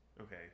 okay